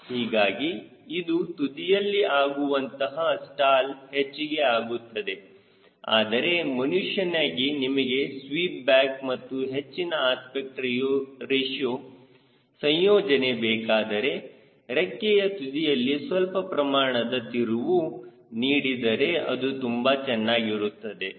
ಹೀಗಾಗಿ ಇದು ತುದಿಯಲ್ಲಿ ಆಗುವಂತಹ ಸ್ಟಾಲ್ ಹೆಚ್ಚಿಗೆ ಆಗುತ್ತದೆ ಆದರೆ ಮನುಷ್ಯನಾಗಿ ನಿಮಗೆ ಸ್ವೀಪ್ ಬ್ಯಾಕ್ ಮತ್ತು ಹೆಚ್ಚಿನ ಅಸ್ಪೆಕ್ಟ್ ರೇಶಿಯೋ ಸಂಯೋಜನೆ ಬೇಕಾದರೆ ರೆಕ್ಕೆಯ ತುದಿಯಲ್ಲಿ ಸ್ವಲ್ಪ ಪ್ರಮಾಣದ ತಿರುವು ನೀಡಿದರೆ ಅದು ತುಂಬಾ ಚೆನ್ನಾಗಿರುತ್ತದೆ